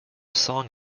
song